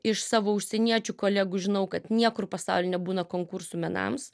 iš savo užsieniečių kolegų žinau kad niekur pasauly nebūna konkursų menams